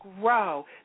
Grow